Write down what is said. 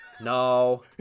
No